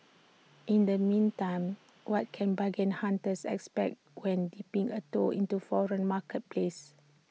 in the meantime what can bargain hunters expect when dipping A toe into foreign marketplaces